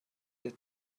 that